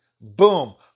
boom